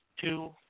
two